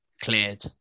cleared